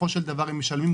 יכול להיות